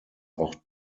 auch